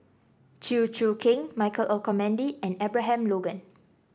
Chew Choo Keng Michael Olcomendy and Abraham Logan